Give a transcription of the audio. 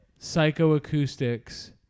psychoacoustics